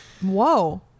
whoa